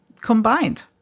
combined